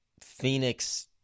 Phoenix